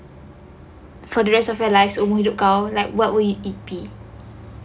for the rest of your life seumur hidup kau what will it be